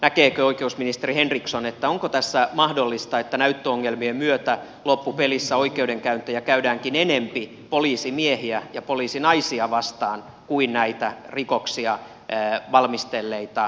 näkeekö oikeusministeri henriksson onko tässä mahdollista että näyttöongelmien myötä loppupelissä oikeudenkäyntejä käydäänkin enempi poliisimiehiä ja poliisinaisia vastaan kuin näitä rikoksia valmistelleita rikollisia kohtaan